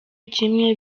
kimwe